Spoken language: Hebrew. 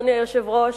אדוני היושב-ראש,